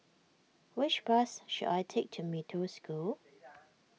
which bus should I take to Mee Toh School